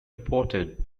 ported